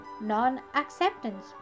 non-acceptance